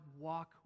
walk